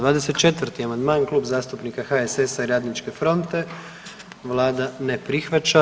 24. amandman, Klub zastupnika HSS-a i Radničke fronte, Vlada ne prihvaća.